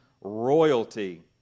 royalty